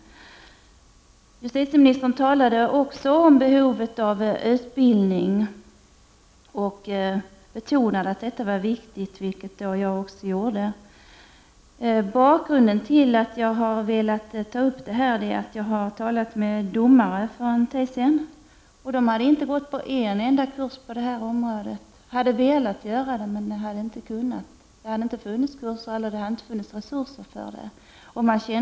Justitieministern talade också om behovet av utbildning och betonade att detta var viktigt, vilket också jag gjorde. Bakgrunden till att jag har velat ta upp det här är att jag har talat med domare för någon tid sedan. De har inte gått på en enda kurs på detta område. De hade velat göra det, men de hade inte kunnat. Det hade inte funnits resurser för det.